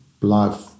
Life